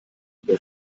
wer